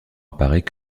apparaît